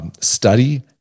study